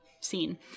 scene